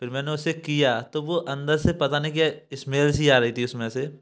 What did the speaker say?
फिर मैंने उससे किया तो वो अंदर से पता नहीं क्या स्मेल सी आ रही थी उसमें से